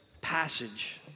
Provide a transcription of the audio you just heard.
passage